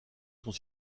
sont